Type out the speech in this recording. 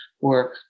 work